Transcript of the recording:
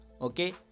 okay